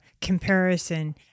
comparison